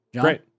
Great